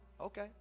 okay